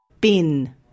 Bin